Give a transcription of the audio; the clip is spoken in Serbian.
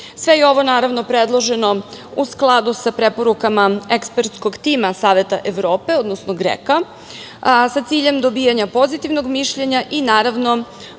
je ovo, naravno, predloženo u skladu sa preporukama ekspertskog tima Saveta Evrope, odnosno GREKO-a sa ciljem dobijanja pozitivnog mišljenja i, naravno,